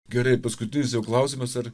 gerai paskutinis jau klausimas ar